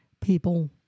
people